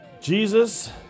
Jesus